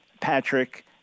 Patrick